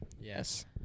Yes